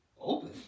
Open